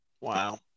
Wow